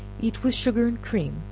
eat with sugar and cream,